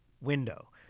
window